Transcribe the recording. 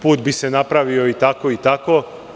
Put bi se napravio i tako i tako.